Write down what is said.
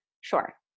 sure